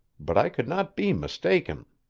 but i could not be mistaken.